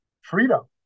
freedom